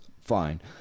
fine